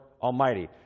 Almighty